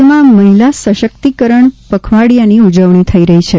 રાજ્યમાં મહિલા સશક્તિકરણ પખવાડિયાની ઉજવણી થઇ રહી છે